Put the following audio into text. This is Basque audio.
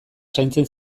zaintzen